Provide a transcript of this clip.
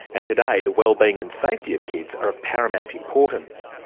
and today the wellbeing and safety of kids are of paramount importance.